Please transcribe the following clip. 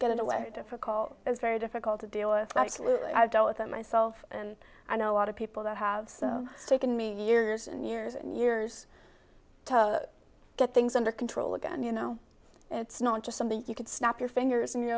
get away difficult it's very difficult to deal with absolutely i've dealt with it myself and i know a lot of people that have so it's taken me years and years and years to get things under control again you know it's not just something you could snap your fingers and you